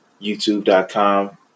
youtube.com